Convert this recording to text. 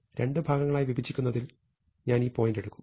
രണ്ട് ഭാഗങ്ങളായി വിഭജിക്കുന്നതിൽ ഞാൻ ഈ പോയിന്റ് എടുക്കും